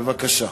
בבקשה.